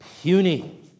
puny